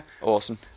Awesome